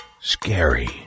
scary